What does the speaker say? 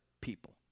people